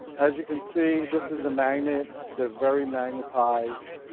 as you can see this is a magnet they're very magnetized.